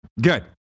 Good